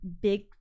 big